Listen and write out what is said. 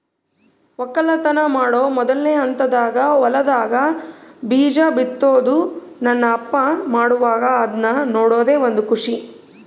ವಕ್ಕಲತನ ಮಾಡೊ ಮೊದ್ಲನೇ ಹಂತದಾಗ ಹೊಲದಾಗ ಬೀಜ ಬಿತ್ತುದು ನನ್ನ ಅಪ್ಪ ಮಾಡುವಾಗ ಅದ್ನ ನೋಡದೇ ಒಂದು ಖುಷಿ